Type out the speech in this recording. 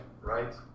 right